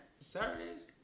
Saturdays